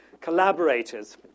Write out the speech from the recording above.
Collaborators